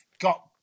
got